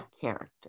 character